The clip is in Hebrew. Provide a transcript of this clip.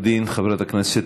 תודה רבה, אדוני.